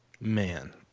Man